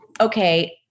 Okay